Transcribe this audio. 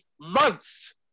months